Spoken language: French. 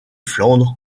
flandre